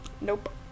Nope